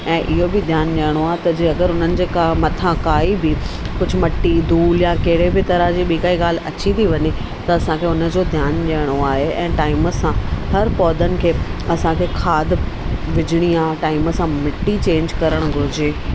ऐं इहो बि ध्यानु ॾियणो आहे त जे अगरि उन्हनि जेका मथां काई बि कुझु मटी धूल या कहिड़े बि तरहि जी ॿीं काई ॻाल्हि अची थी वञे त असांखे उनजो ध्यानु ॾियणो आहे ऐं टाइम सां हर पौधनि खे असांखे खाद विझणी आहे टाइम सां मिटी चेंज करणु घुरिजे